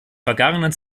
vergangenen